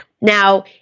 Now